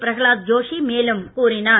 பிரஹலாத் ஜோஷி மேலும் கூறினார்